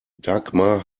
dagmar